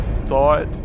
thought